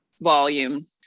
volume